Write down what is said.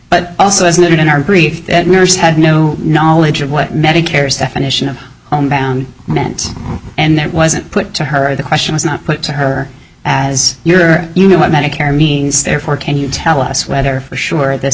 but also as noted in our brief that nurse had no knowledge of what medicare's definition of homebound meant and that wasn't put to her the question was not put to her as your you know what medicare means therefore can you tell us whether for sure this